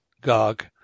Gog